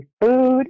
food